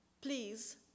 please